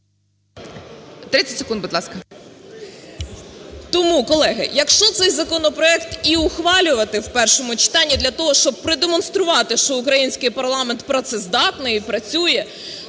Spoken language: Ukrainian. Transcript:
Тому, колеги, якщо цей законопроект і ухвалювати в першому читанні для того, щоб продемонструвати, що український парламент працездатний і працює,